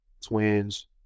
twins